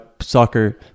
soccer